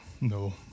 no